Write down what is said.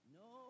no